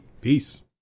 Peace